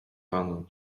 panu